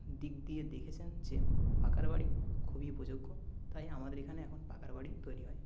দিক দিয়ে দেখেছেন যে পাকার বাড়ি খুবই উপযোগ্য তাই আমাদের এখানে এখন পাকার বাড়ি তৈরি হয়